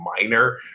minor